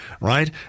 right